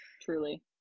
Truly